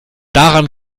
daran